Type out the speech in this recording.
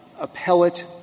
appellate